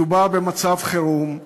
מדובר במצב חירום,